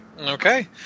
Okay